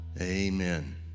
Amen